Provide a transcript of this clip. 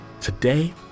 Today